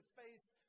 face